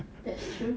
that's true